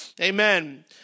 Amen